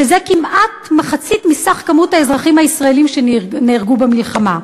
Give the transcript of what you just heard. וזה כמעט מחצית ממספר האזרחים הישראלים שנהרגו במלחמה.